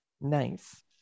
nice